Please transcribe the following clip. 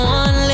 one